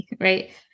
right